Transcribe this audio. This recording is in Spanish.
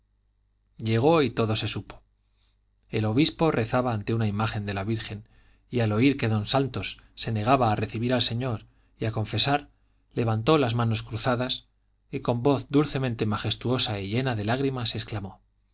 llegó y todo se supo el obispo rezaba ante una imagen de la virgen y al oír que don santos se negaba a recibir al señor y a confesar levantó las manos cruzadas y con voz dulcemente majestuosa y llena de lágrimas exclamó